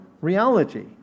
reality